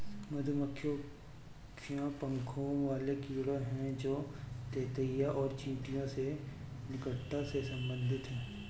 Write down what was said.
मधुमक्खियां पंखों वाले कीड़े हैं जो ततैया और चींटियों से निकटता से संबंधित हैं